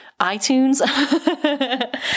iTunes